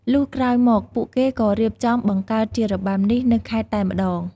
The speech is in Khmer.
លុះក្រោយមកពួកគេក៏រៀបចំបង្កើតជារបាំនេះនៅខេត្តតែម្តង។